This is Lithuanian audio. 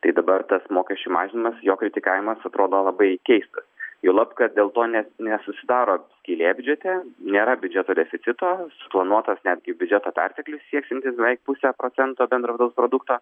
tai dabar tas mokesčių mažinimas jo kritikavimas atrodo labai keistas juolab kad dėl to ne nesusidaro skylė biudžete nėra biudžeto deficito suplanuotas netgi biudžeto perteklius sieksiantis beveik pusę procento bendro vidaus produkto